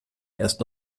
erst